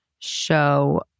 show